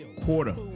Quarter